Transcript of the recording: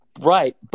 Right